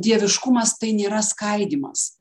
dieviškumas tai nėra skaidymas